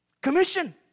commission